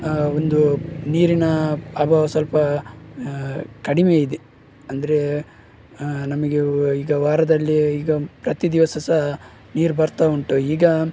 ಒಂದು ನೀರಿನ ಅಭಾವ ಸ್ವಲ್ಪ ಕಡಿಮೆ ಇದೆ ಅಂದರೆ ನಮಗೆ ಈಗ ವಾರದಲ್ಲಿ ಈಗ ಪ್ರತಿ ದಿವಸ ಸ ನೀರು ಬರ್ತಾ ಉಂಟು ಈಗ